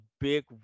big